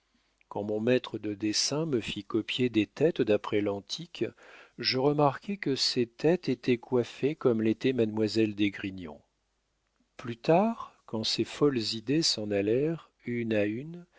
quand mon maître de dessin me fit copier des têtes d'après l'antique je remarquais que ces têtes étaient coiffées comme l'était mademoiselle d'esgrignon plus tard quand ces folles idées s'en allèrent une à une